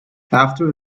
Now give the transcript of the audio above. after